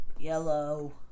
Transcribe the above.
Yellow